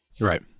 Right